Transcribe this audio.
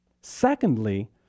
Secondly